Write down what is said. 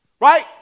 right